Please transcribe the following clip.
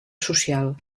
social